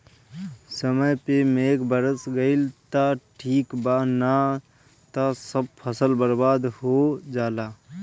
समय पे मेघ बरस गईल त ठीक बा ना त सब फसल बर्बाद हो जाला